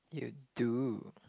you do